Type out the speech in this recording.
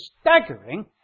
staggering